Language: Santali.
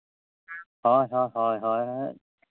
ᱦᱳᱭ ᱦᱳᱭ ᱦᱳᱭ ᱦᱳᱭ